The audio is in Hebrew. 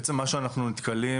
בעצם מה שאנחנו נתקלים,